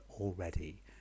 already